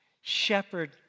Shepherd